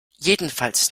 jedenfalls